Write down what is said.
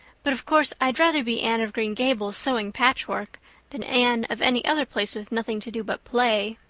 but of course i'd rather be anne of green gables sewing patchwork than anne of any other place with nothing to do but play.